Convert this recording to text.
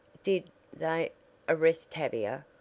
did they arrest tavia?